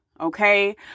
okay